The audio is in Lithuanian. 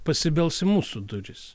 pasibels į mūsų duris